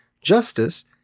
justice